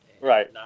Right